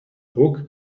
book